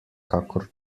kakor